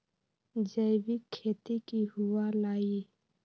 जैविक खेती की हुआ लाई?